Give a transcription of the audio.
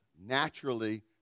naturally